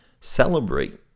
celebrate